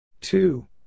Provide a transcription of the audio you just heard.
Two